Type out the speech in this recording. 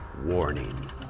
warning